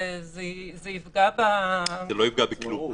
זה יפגע --- זה לא יפגע בכלום.